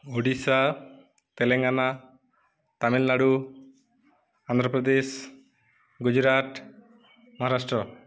Odisha Telangana Tamil Nadu Andhra Pradesh Gujarat Maharashtra